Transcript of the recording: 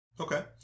Okay